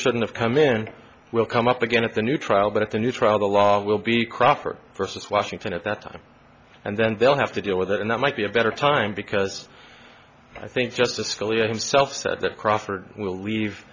shouldn't have come in will come up again at the new trial but at the new trial the law will be crawford versus washington at that time and then they'll have to deal with it and that might be a better time because i think justice scalia himself said that crawford will leave